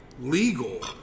legal